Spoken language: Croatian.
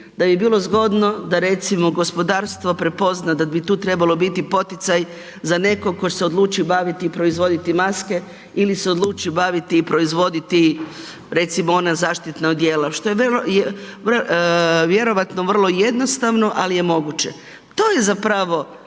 da bi bilo zgodno da recimo, gospodarstvo prepozna da bi ti trebalo biti poticaj za nekog tko se odluči baviti i proizvoditi maske ili se odluči baviti i proizvoditi, recimo, ona zaštitna odjela, što je vrlo vjerojatno vrlo jednostavno, ali je moguće. To je zapravo